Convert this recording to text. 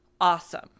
Awesome